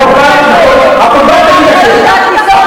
הקורבן תמיד אשם.